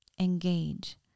engage